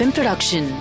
Production